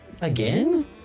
Again